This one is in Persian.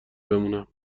بمونم